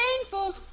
painful